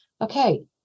okay